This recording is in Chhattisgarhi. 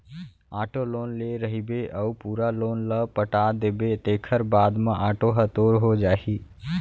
आटो लोन ले रहिबे अउ पूरा लोन ल पटा देबे तेखर बाद म आटो ह तोर हो जाही